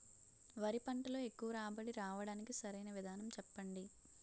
వరి పంటలో ఎక్కువ రాబడి రావటానికి సరైన విధానం చెప్పండి?